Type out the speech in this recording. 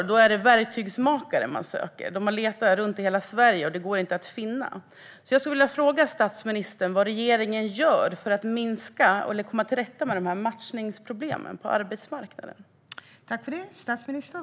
Där söker man verktygsmakare. Man har letat runt om i hela Sverige, och det går inte att finna några sådana. Jag skulle vilja fråga statsministern vad regeringen gör för att minska eller komma till rätta med dessa matchningsproblem på arbetsmarknaden.